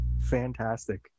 fantastic